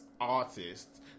artists